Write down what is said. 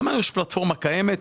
אמרנו שיש פלטפורמה קיימת,